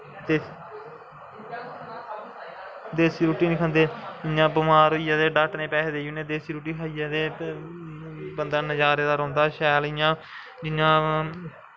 ते देस्सी रुट्टी नेईं खंदे इ'यां बमार होइयै डाक्टरें गी पैहे देई ओड़ने देस्सी रुट्टी खाहियै ते बंदा नज़ारे दा रौंह्दा शैल इ'यां जि'यां